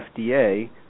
FDA